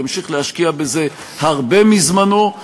ימשיך להשקיע בזה הרבה מזמנו,